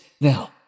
now